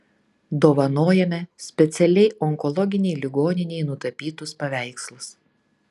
dovanojame specialiai onkologinei ligoninei nutapytus paveikslus